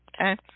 okay